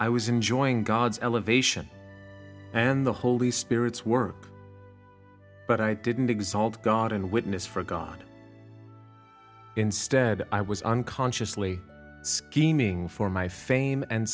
i was enjoying god's elevation and the holy spirit's work but i didn't exalt god and witness for god instead i was unconsciously scheming for my fame and